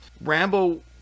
Rambo